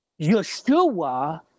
Yeshua